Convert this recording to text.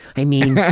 i mean.